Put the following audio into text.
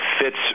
fits